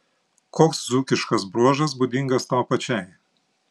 koks dzūkiškas bruožas būdingas tau pačiai